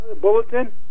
bulletin